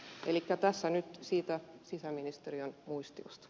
elikkä tässä nyt siitä sisäministeriön muistiosta